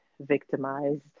victimized